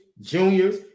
juniors